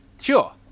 Sure